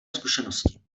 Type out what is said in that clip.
zkušenosti